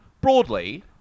broadly